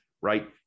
right